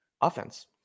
Offense